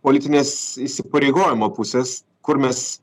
politinės įsipareigojimo pusės kur mes